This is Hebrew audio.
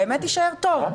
באמת יישאר טוב?